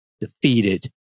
defeated